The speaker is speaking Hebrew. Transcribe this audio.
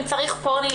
אם צריך פוני,